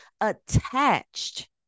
attached